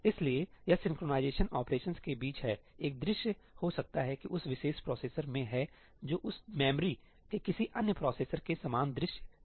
इसलिए यह synchronisation operations के बीच है एक दृश्य हो सकता है कि उस विशेष प्रोसेसर में है जो उस मेमोरी के किसी अन्य प्रोसेसर के समान दृश्य नहीं है